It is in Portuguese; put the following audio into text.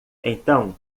então